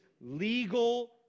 legal